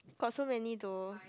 got so many though